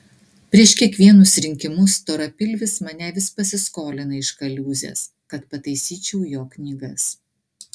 prieš kiekvienus rinkimus storapilvis mane vis pasiskolina iš kaliūzės kad pataisyčiau jo knygas